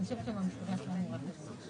יש כרגע דיונים על המיסוי סביב הסיפור זה.